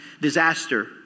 disaster